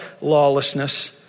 lawlessness